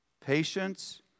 patience